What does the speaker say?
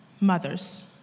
mothers